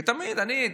ותמיד אני,